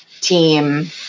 team